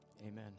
Amen